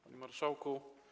Panie Marszałku!